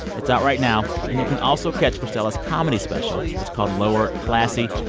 it's out right now. and you can also catch cristela's comedy special. it's called lower classy.